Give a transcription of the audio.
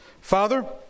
Father